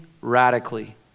radically